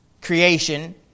creation